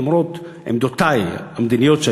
למרות עמדותי המדיניות,